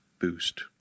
boost